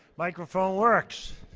microphone works,